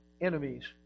enemies